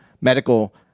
medical